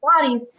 bodies